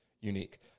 Unique